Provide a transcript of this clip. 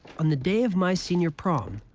on the day of my senior prom,